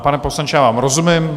Pane poslanče, já vám rozumím.